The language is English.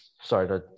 Sorry